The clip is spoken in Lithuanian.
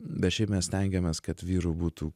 bet šiaip mes stengiamės kad vyrų būtų